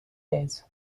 days